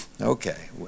Okay